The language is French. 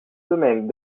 semaine